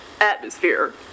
Atmosphere